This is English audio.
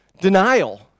denial